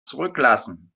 zurücklassen